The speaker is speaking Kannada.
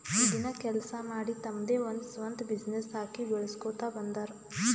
ದಿನ ಕೆಲ್ಸಾ ಮಾಡಿ ತಮ್ದೆ ಒಂದ್ ಸ್ವಂತ ಬಿಸಿನ್ನೆಸ್ ಹಾಕಿ ಬೆಳುಸ್ಕೋತಾ ಬಂದಾರ್